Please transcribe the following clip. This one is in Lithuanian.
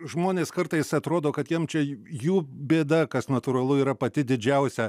žmonės kartais atrodo kad jiem čia jų bėda kas natūralu yra pati didžiausia